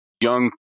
young